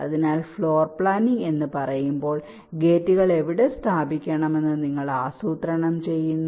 അതിനാൽ floor planning എന്ന് പറയുമ്പോൾ ഗേറ്റുകൾ എവിടെ സ്ഥാപിക്കണമെന്ന് നിങ്ങൾ ആസൂത്രണം ചെയ്യുന്നു